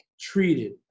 treated